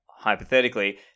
Hypothetically